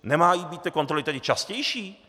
Nemají být ty kontroly tedy častější?